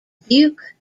duke